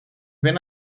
ben